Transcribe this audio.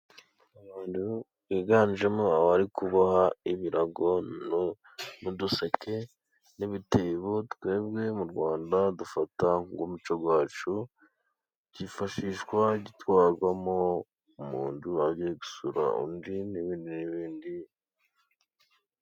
Abantu biganjemo abari kuboha ibirago n'uduseke ,n'ibitebo twebwe mu Rwanda dufata nk' umuco wacu byifashishwa dutwarwamo, umuntu agiye gusura undi n'ibindi n'ibindi.